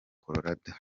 colorado